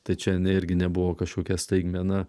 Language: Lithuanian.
tai čia irgi nebuvo kažkokia staigmena